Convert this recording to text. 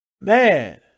Man